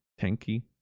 tanky